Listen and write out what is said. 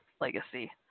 Legacy